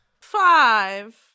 Five